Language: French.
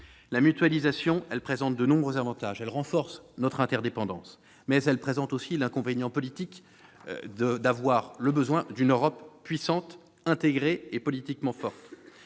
La mutualisation de la production a de nombreux avantages et renforce notre interdépendance. Mais elle présente l'inconvénient politique de devoir s'appuyer sur une Europe puissante, intégrée et politiquement forte.